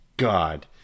God